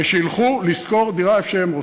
ושילכו לשכור דירה איפה שהם רוצים.